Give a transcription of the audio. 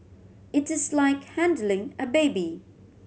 it is like handling a baby